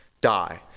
die